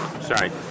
Sorry